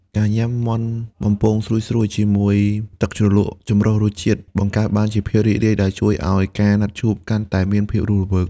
ការញ៉ាំមាន់បំពងស្រួយៗជាមួយទឹកជ្រលក់ចម្រុះរសជាតិ បង្កើតបានជាភាពរីករាយ ដែលជួយឱ្យការណាត់ជួបកាន់តែមានភាពរស់រវើក។